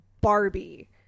Barbie